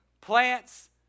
plants